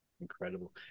Incredible